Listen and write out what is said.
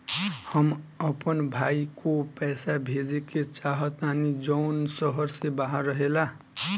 हम अपन भाई को पैसा भेजे के चाहतानी जौन शहर से बाहर रहेला